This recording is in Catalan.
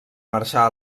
marxar